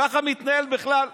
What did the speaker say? ככה מתנהל בכלל עולם,